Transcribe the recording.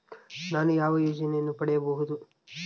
ನಾನು ಯಾವ ಯೋಜನೆಯನ್ನು ಪಡೆಯಬಹುದು?